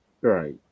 Right